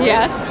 Yes